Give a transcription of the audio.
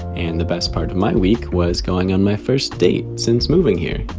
and the best part of my week was going on my first date since moving here.